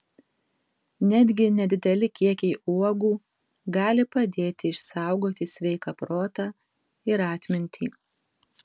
netgi nedideli kiekiai uogų gali padėti išsaugoti sveiką protą ir atmintį